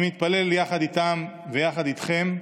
אני מתפלל יחד איתם ויחד איתכם,